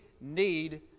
need